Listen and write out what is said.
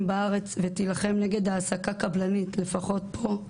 בארץ ותילחם נגד העסקה קבלנית לפחות פה,